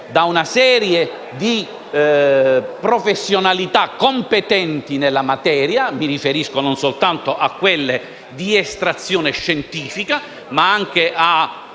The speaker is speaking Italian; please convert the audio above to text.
da una serie di professionalità competenti nella materia (mi riferisco non soltanto a quelle di estrazione scientifica, ma anche a